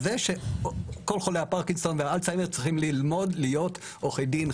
שכל חולי הפרקינסון והאלצהיימר צריכים ללמוד להיות עורכי דין,